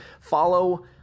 follow